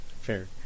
Fair